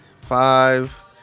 Five